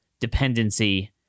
dependency